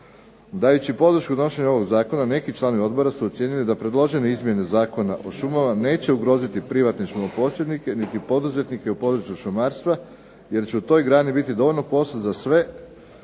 Dajući podršku donošenja ovog zakona neki članovi odbora su ocijenili da predložene izmjene Zakona o šumama neće ugroziti privatne šumo posjednike niti poduzetnike u području šumarstva, jer će u toj grani biti dovoljno posla za sve